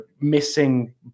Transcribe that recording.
missing